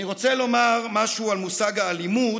אני רוצה לומר משהו על מושג האלימות,